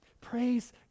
praise